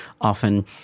Often